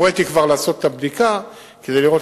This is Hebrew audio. הוריתי כבר לעשות את הבדיקה כדי לראות